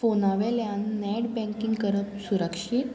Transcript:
फोनावेल्यान net banking करप सुरक्षीत